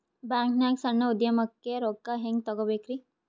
ಬ್ಯಾಂಕ್ನಾಗ ಸಣ್ಣ ಉದ್ಯಮಕ್ಕೆ ರೊಕ್ಕ ಹೆಂಗೆ ತಗೋಬೇಕ್ರಿ?